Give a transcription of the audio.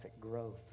growth